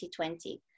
2020